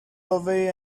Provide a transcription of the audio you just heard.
away